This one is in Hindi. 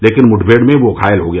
लेकिन मुठमेड़ में वह घायल हो गया